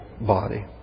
body